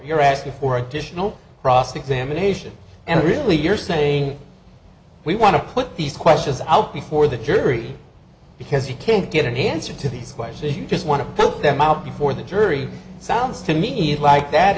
you're asking for additional cross examination and really you're saying we want to put these questions out before the jury because you can't get an answer to these questions you just want to help them out before the jury sounds to me like that